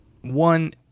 One